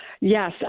yes